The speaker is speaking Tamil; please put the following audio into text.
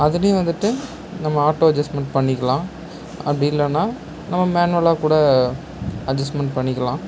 அதிலயும் வந்துட்டு நம்ம ஆட்டோ அட்ஜஸ்ட்மென்ட் பண்ணிக்கலாம் அப்படில்லனா நம்ம மேன்வல்லாக்கூட அட்ஜஸ்ட்மென்ட் பண்ணிக்கலாம்